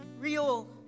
Real